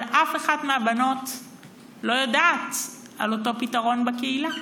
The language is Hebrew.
אבל אף אחת מהבנות לא יודעת על אותו פתרון בקהילה,